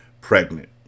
pregnant